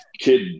Kid